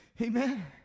Amen